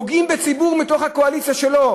פוגעים בציבור מתוך הקואליציה שלו,